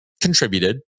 contributed